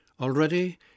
Already